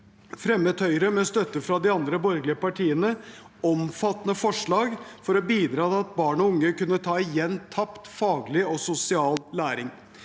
fremmet Høyre med støtte fra de andre borgerlige partiene omfattende forslag for å bidra til at barn og unge kunne ta igjen tapt faglig og sosial læring.